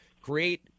create